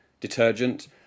detergent